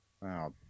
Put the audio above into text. Wow